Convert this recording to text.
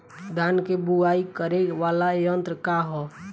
धान के बुवाई करे वाला यत्र का ह?